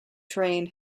train